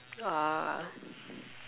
ah